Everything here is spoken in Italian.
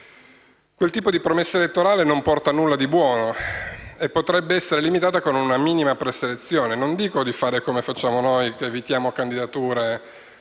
Quel tipo di promessa elettorale non porta a nulla di buono e potrebbe essere limitata con una minima preselezione. Non dico di fare come ci comportiamo noi, che evitiamo candidature